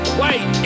white